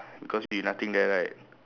cause he nothing there right